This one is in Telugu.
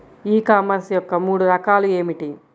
ఈ కామర్స్ యొక్క మూడు రకాలు ఏమిటి?